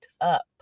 up